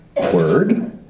word